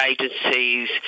agencies